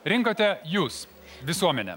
rinkote jūs visuomenė